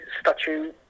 statue